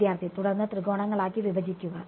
വിദ്യാർത്ഥി തുടർന്ന് ത്രികോണങ്ങളാക്കി വിഭജിക്കുന്നു